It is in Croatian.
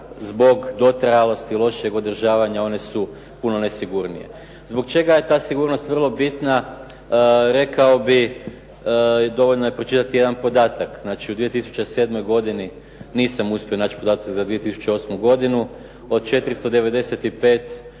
zbog dotrajalosti i lošeg održavanja one su puno nesigurnije. Zbog čega je ta sigurnost vrlo bitna? Rekao bih, dovoljno je pročitati jedan podatak. Znači, u 2007. godini, nisam uspio naći podatak za 2008. godinu, od 495 poginulih